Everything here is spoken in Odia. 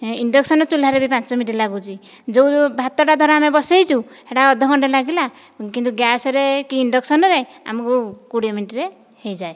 ଇଣ୍ଡକ୍ସନ ଚୁଲାରେ ବି ପାଞ୍ଚ ମିନିଟ୍ ଲାଗୁଛି ଯେଉଁ ଭାତଟା ଧର ଆମେ ବସେଇଛୁ ସେଇଟା ଅଧଘଣ୍ଟା ଲାଗିଲା କିନ୍ତୁ ଗ୍ୟାସ୍ରେ କି ଇଣ୍ଡକସନ୍ରେ ଆମକୁ କୋଡ଼ିଏ ମିନିଟ୍ରେ ହୋଇଯାଏ